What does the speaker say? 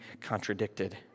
contradicted